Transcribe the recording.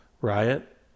riot